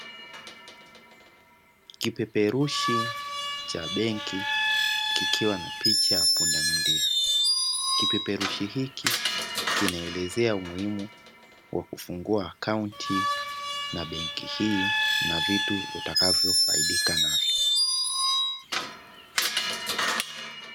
Kipeperushi cha benki kikiwa na picha ya pundamilia, kipeperushi hiki kinaelezea umuhimu wa kufungua akaunti na benki hii na vitu utakavyo faidika navyo.